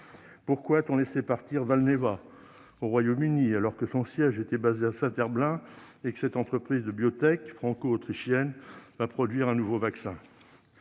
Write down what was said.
Pourquoi a-t-on laissé partir Valneva au Royaume-Uni, alors que son siège était basé à Saint-Herblain et que cette entreprise de biotech franco-autrichienne va produire un nouveau vaccin ?